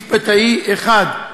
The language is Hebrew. משפטאי אחד.